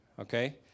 okay